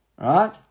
right